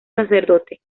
sacerdote